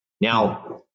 Now